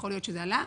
יכול להיות שזה עלה.